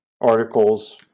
Articles